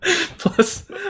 plus